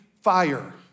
fire